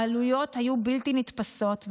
העלויות היו בלתי נתפסות,